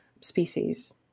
species